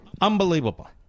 Unbelievable